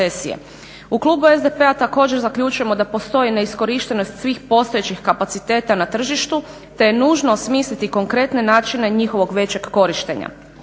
U klubu SDP-a također zaključujemo da postoji neiskorištenost svih postojećih kapaciteta na tržištu te je nužno osmisliti konkretne načine njihovog većeg korištenja.